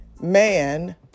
man